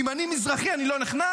אם אני מזרחי אני לא נכנס?